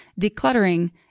Decluttering